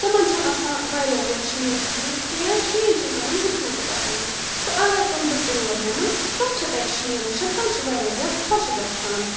تمو چھُنہٕ آسان واریاہ زیادٕ شیٖن وُچھمُت کیٚنٛہہ شیٖن چھِنہٕ تمن وُچھمُتٕے آسان کیٚنٛہہ تہٕ اگر بہٕ تِم تور نمن تِم چھ تتہِ شیٖن وُچھان تِم چھ واریاہ زیادٕ خۄش گژھان